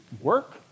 work